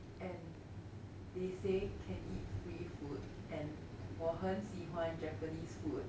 and they say can eat free food and 我很喜欢 japanese food